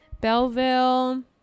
Belleville